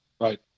Right